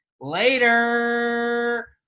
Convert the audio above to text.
Later